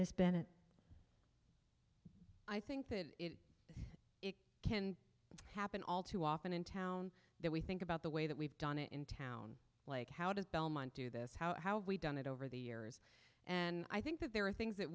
bennett i think that it can happen all too often in town that we think about the way that we've done it in town like how does belmont do this how we've done it over the years and i think that there are things that